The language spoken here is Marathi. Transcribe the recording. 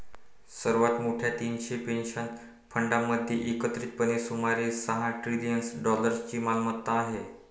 सर्वात मोठ्या तीनशे पेन्शन फंडांमध्ये एकत्रितपणे सुमारे सहा ट्रिलियन डॉलर्सची मालमत्ता आहे